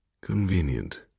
convenient